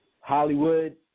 Hollywood